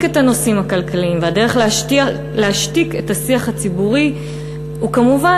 להשתיק את הנושאים הכלכליים והדרך להשתיק את השיח הציבורי היא כמובן,